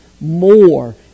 more